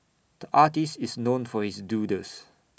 the artist is known for his doodles